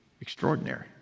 Extraordinary